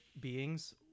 beings